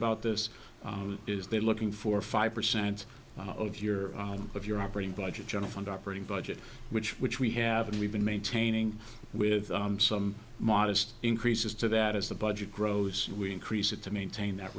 about this is they're looking for five percent of your of your operating budget general fund operating budget which which we have and we've been maintaining with some modest increases to that as the budget grows and we increase it to maintain that